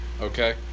Okay